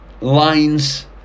lines